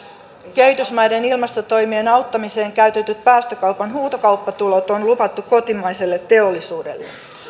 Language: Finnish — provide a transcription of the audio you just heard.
kehitysmaiden ilmastotoimien auttamiseen käytetyt päästökaupan huutokauppatulot on luvattu kotimaiselle teollisuudelle